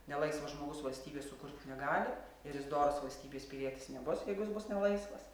nelaisvas žmogus valstybės sukurti negali ir jis doras valstybės pilietis nebus jeigu jis bus nelaisvas